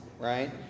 right